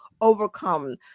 overcome